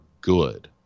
good